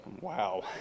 wow